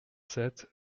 sept